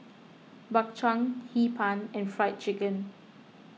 Bak Chang Hee Pan and Fried Chicken